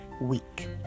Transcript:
week